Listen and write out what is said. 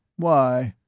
why?